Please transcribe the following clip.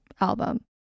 album